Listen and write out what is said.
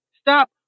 Stop